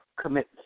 commitment